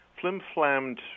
flim-flammed